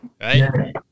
right